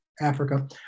Africa